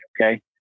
Okay